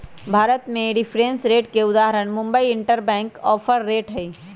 भारत में reference rate के उदाहरण मुंबई इंटरबैंक ऑफर रेट हइ